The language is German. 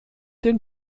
den